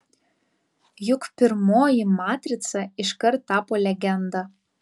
juk pirmoji matrica iškart tapo legenda